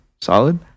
Solid